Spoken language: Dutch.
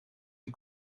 een